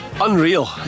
Unreal